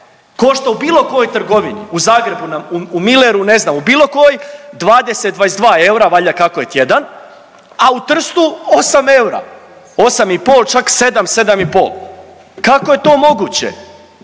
košta u bilo kojoj trgovini u Zagrebu u Mulleru ne znam u bilo kojoj 20, 22 eura valjda kako je tjedan, a u Trstu 8 eura, 8,5 čak 7, 7,5, kako je to moguće?